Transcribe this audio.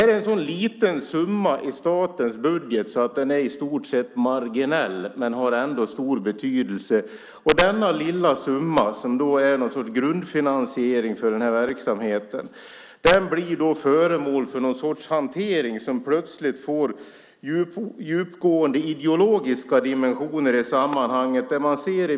Det är en så liten summa i statens budget att den är i stort sett marginell, men den har ändå stor betydelse. Denna lilla summa, som är något slags grundfinansiering i verksamheten, blir föremål för någon sorts hantering som plötsligt får djupgående ideologiska dimensioner i sammanhanget.